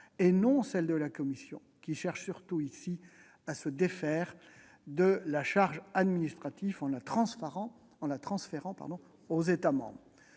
et non pas celle de la Commission, qui cherche surtout ici à se défaire d'une charge administrative en la transférant aux États membres.